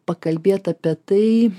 pakalbėt apie tai